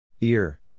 Ear